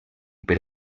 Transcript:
per